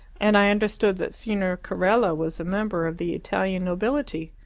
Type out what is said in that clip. and i understood that signor carella was a member of the italian nobility.